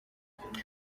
kuri